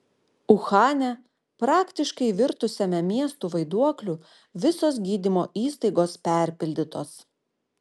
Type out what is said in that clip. uhane praktiškai virtusiame miestu vaiduokliu visos gydymo įstaigos perpildytos